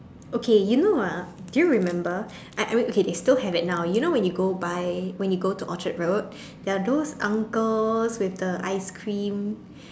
okay you know ah do you remember I I mean they still have it now you know when you go buy when you go to Orchard-road there are those uncles with the ice-cream